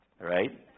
right